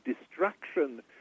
destruction